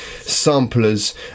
samplers